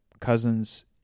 cousins